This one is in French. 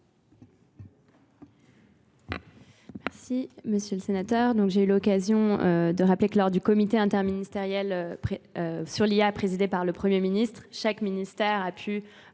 Merci M. le Sénateur. J'ai eu l'occasion de rappeler que lors du comité interministériel sur l'IA présidé par le Premier ministre, chaque ministère a pu